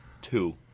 two